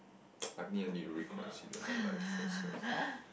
I think I need to reconsider my life choices